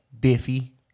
Biffy